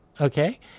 Okay